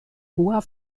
hoher